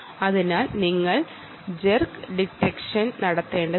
അതിനാൽ ഈ ചലനം മാറ്റാൻ നിങ്ങൾ ജേർക് ഡിക്ടെക്ഷൻ നടത്തേണ്ടതുണ്ട്